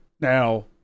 Now